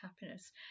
happiness